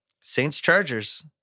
Saints-Chargers